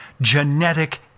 genetic